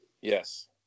Yes